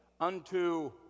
unto